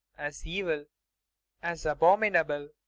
as evil, as abominable.